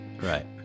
Right